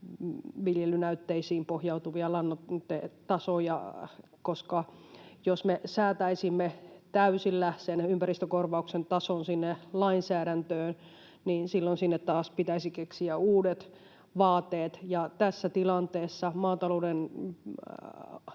viljelynäytteisiin pohjautuvia lannoitetasoja, koska jos me säätäisimme täysillä sen ympäristökorvauksen tason sinne lainsäädäntöön, niin silloin sinne taas pitäisi keksiä uudet vaateet, ja tässä tilanteessa, maatalouden